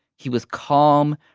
he was calm,